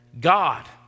God